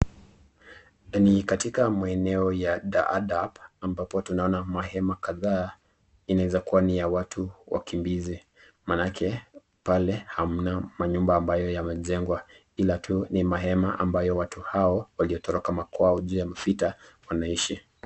Ni katika maeneo ya Daadab ambapo tunaona mahema kadhaa inaweza kuwa ni ya watu wakimbizi maanake pale hamna manyumba ambayo yamejengwa ila tu ni mahema ambayo watu hao waliotoroka makwao juu ya mavita wanaishi.